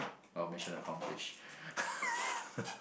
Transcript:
oh mission accomplished